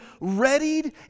readied